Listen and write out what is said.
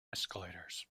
escalators